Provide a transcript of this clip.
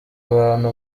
abantu